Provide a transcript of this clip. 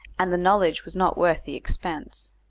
and the knowledge was not worth the expense.